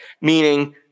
meaning